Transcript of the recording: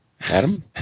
Adam